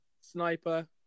Sniper